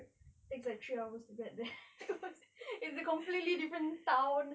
takes like three hours to get there it was it's a completely different town